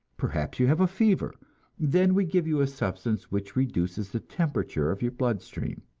perhaps you have a fever then we give you a substance which reduces the temperature of your blood-stream.